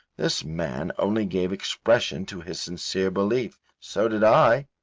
this man only gave expression to his sincere belief. so did i,